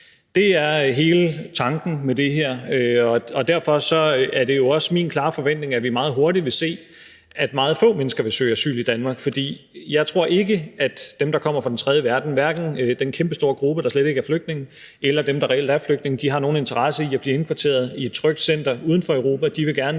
Det er hele tanken med det her. Derfor er det også min klare forventning, at vi meget hurtigt vil se, at meget få mennesker vil søge asyl i Danmark, for jeg tror ikke, at de, der kommer fra den tredje verden, hverken den kæmpestore gruppe, der slet ikke er flygtninge, eller de, der reelt er flygtninge, har nogen interesse i at blive indkvarteret i et trygt center uden for Europa, de vil gerne til